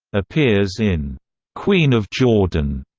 appears in queen of jordan,